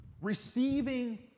receiving